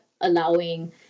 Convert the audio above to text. allowing